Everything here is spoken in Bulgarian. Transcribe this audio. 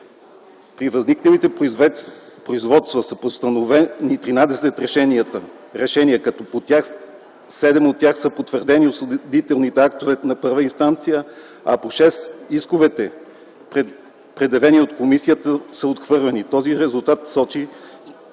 При въззивните производства са постановени 13 решения, като по 7 от тях са потвърдени осъдителните актове на първа инстанция, а по 6 исковете, предявени от комисията, са отхвърлени. Този резултат сочи на